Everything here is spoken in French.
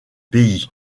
pays